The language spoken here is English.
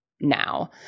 now